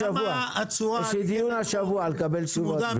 יש לי דיון השבוע לקבל תשובות.